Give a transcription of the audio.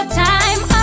time